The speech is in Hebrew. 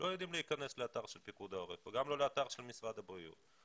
לא יודעים להיכנס לאתר של פיקוד העורף וגם לא לאתר של משרד הבריאות.